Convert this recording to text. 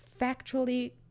factually